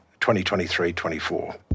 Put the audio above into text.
2023-24